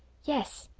yes,